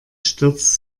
stürzt